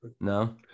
No